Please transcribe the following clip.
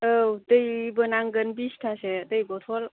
औ दैबो नांगोन बिसथासो दै बथल